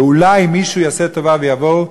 באולי מישהו יעשה טובה ויבוא,